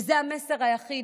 וזה המסר היחיד,